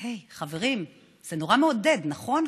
הי, חברים, זה נורא מעודד, נכון?